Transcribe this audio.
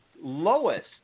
lowest